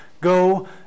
go